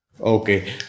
okay